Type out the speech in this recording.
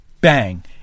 bang